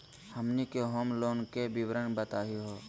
हमनी के home loan के विवरण बताही हो?